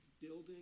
building